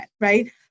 Right